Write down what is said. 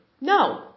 No